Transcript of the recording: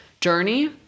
journey